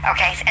Okay